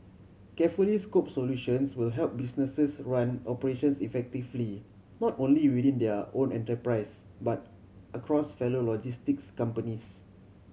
carefully scope solutions will help businesses run operations effectively not only within their own enterprise but across fellow logistics companies